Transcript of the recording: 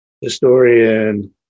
historian